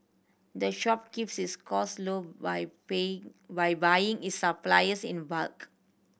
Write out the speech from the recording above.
the shop keeps its costs low by by buying its supplies in bulk